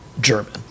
German